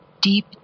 deep